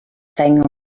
thing